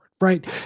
right